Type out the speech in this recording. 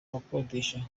yakodeshaga